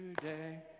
today